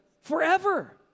forever